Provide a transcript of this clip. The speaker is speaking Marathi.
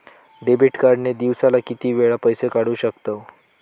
डेबिट कार्ड ने दिवसाला किती वेळा पैसे काढू शकतव?